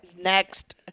next